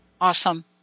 Awesome